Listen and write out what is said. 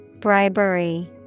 Bribery